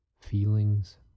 feelings